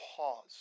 pause